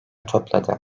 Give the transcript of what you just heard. topladı